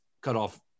cutoff